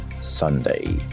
Sunday